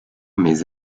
mes